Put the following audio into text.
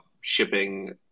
shipping